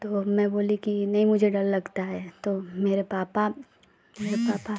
तो अब मैं बोली कि नहीं मुझे डर लगता है तो मेरे पापा मेरे पापा